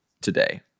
today